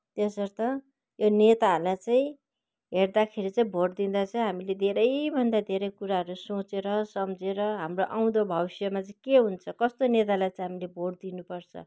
त्यसर्थ यो नेताहरूलाई चाहिँ भेट्दाखेरि चाहिँ भोट दिँदा चाहिँ हामीले धेरैभन्दा धेरै कुराहरू सोचेर सम्झेर हाम्रो आउँदो भविष्यमा चाहिँ के हुन्छ कस्तो नेतालाई चाहिँ हामीले भोट दिनुपर्छ